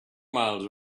miles